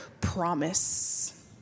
promise